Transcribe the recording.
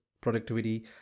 productivity